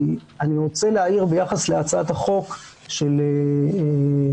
אני רוצה להעיר ביחס להצעת החוק של סגלוביץ,